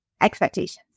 expectations